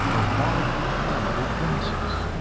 are volatile, flammable gases.